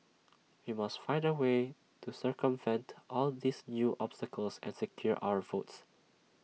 we must find A way to circumvent all these new obstacles and secure our votes